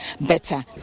better